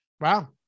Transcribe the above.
Wow